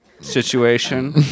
situation